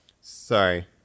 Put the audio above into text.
sorry